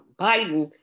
Biden